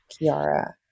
Kiara